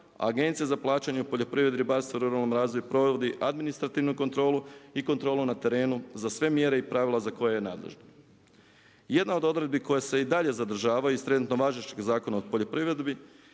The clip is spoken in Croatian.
Agencija za plaćanje u poljoprivredi, ribarstvu, ruralnom razvoju provodi administrativnu kontrolu i kontrolu na terenu za sve mjere i pravila za koje je nadležna. Jedna od odredbi koja se i dalje zadržava iz trenutno važećeg Zakona o poljoprivredi